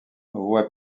voit